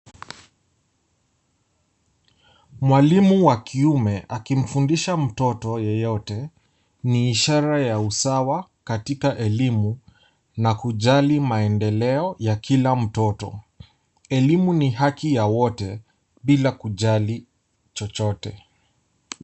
Mwalimu wa kiume akimfundisha mtoto yeyote, ni ishara ya usawa katika elimu na kujali maendeleo ya kila mtoto. Elimu ni haki ya wote bila kujali chochote.